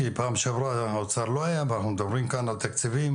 כי פעם שעברה האוצר לא היה ואנחנו מדברים כאן על תקציבים